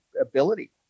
ability